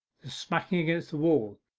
the smacking against the wall,